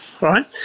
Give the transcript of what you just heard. Right